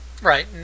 Right